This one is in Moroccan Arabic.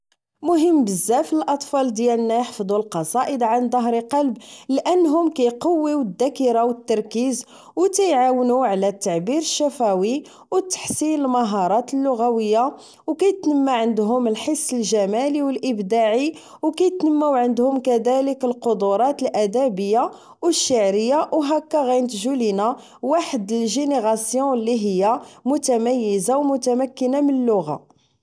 مهم بزاف للاطفال ديالنا احفضو القصائد عن ظهر قلب لانهم كيقويو الذاكرة و التركيز و تيعاونو على التعبير الشفوي و تحسين المهارات اللغوية و كيتنمى عندهم الحس الجمالي و الابداعي و كيتنمو عندهم كدالك القدرات الادبية و الشعرية و هكا غينتجو لينا واحد الجينيغاسيون اللي هي متميزة و متمكنة من اللغة